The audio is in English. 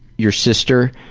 your sister,